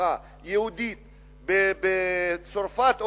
משפחה יהודית בצרפת,